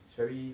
it's very